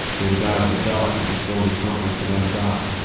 david's eyes went dark as he slowly crumpled to one side.